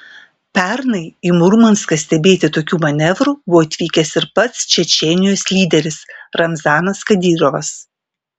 pernai į murmanską stebėti tokių manevrų buvo atvykęs ir pats čečėnijos lyderis ramzanas kadyrovas